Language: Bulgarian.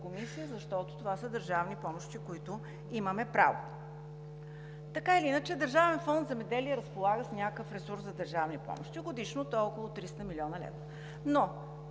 комисия, защото това са държавни помощи, на които имаме право. Така или иначе, Държавен фонд „Земеделие“ разполага с някакъв ресурс за държавни помощи. Годишно той е около 300 млн. лв.,